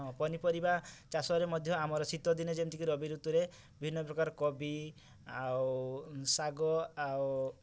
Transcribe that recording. ପନିପରିବା ଚାଷରେ ମଧ୍ୟ ଆମର ଶୀତ ଦିନେ ଯେମିତିକି ରବି ଋତୁରେ ବିଭିନ୍ନ ପ୍ରକାର କୋବି ଆଉ ଶାଗ ଆଉ